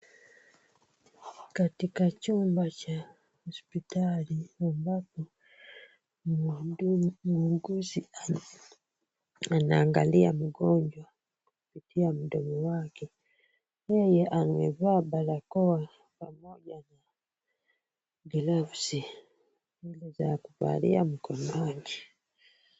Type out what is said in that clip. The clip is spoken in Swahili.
Wako katika chumba cha hospitali ambapo muuguzi anaangalia mgonjwa kwa mdomo wake. Naye amevaa barakoa pamoja na glavu za kuvalia mkononi.